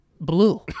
blue